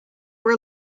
were